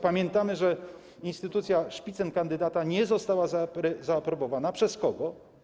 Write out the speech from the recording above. Pamiętamy, że instytucja szpicenkandydata nie została zaaprobowana przez kogo?